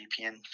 VPN